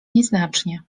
nieznacznie